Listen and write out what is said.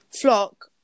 Flock